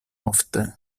ofte